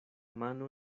mano